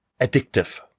addictive